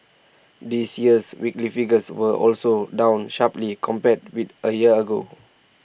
this year's weekly figures were also down sharply compared with A year ago